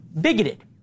bigoted